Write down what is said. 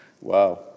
Wow